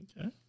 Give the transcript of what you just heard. Okay